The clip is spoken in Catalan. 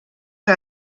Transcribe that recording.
que